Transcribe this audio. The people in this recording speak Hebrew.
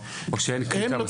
או שאין קליטה?